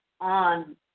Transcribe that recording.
on